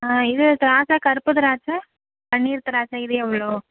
ஆ இது திராட்சை கருப்பு திராட்சை பன்னீர் திராட்சை இது எவ்வளோ